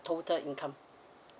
total income